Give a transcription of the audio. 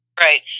Right